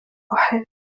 أحب